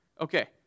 Okay